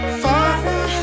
father